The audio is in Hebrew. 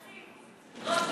מקום, בתקציב,